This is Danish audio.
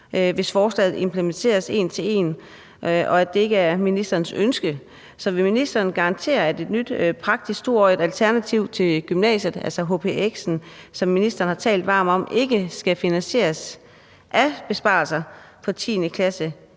hvis forslaget implementeres en til en, og at det ikke er ministerens ønske. Så vil ministeren garantere, at et nyt praktisk 2-årigt alternativ til gymnasiet, altså hpx'en, som ministeren har talt varmt om, ikke skal finansieres af besparelser på 10. klasse